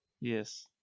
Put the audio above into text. Yes